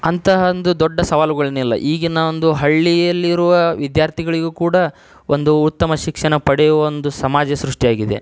ಅಂತಹ ಒಂದು ದೊಡ್ಡ ಸವಾಲುಗಳೇನಿಲ್ಲ ಈಗಿನ ಒಂದು ಹಳ್ಳಿಯಲ್ಲಿರುವ ವಿದ್ಯಾರ್ಥಿಗಳಿಗೂ ಕೂಡ ಒಂದು ಉತ್ತಮ ಶಿಕ್ಷಣ ಪಡೆಯುವ ಒಂದು ಸಮಾಜ ಸೃಷ್ಟಿಯಾಗಿದೆ